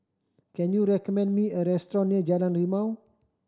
can you recommend me a restaurant near Jalan Rimau